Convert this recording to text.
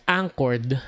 anchored